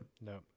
No